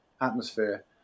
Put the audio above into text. atmosphere